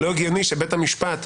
לא הגיוני שבית המשפט,